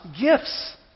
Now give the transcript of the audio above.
gifts